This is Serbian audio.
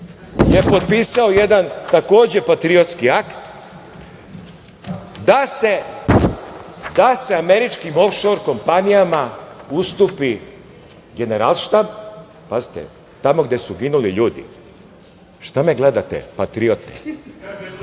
je potpisao jedan takođe patriotski akt – da se američkim ofšor kompanijama ustupi Generalštab. Pazite, tamo gde su ginuli ljudi. Šta me gledate, patriote?